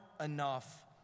enough